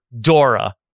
Dora